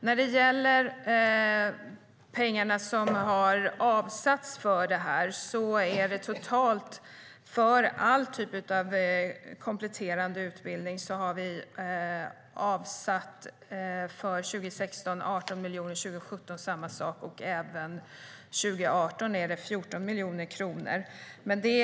När det gäller pengarna som har avsatts är det totalt för all typ av kompletterande utbildning 18 miljoner för 2016, samma sak för 2017 och 14 miljoner för 2018.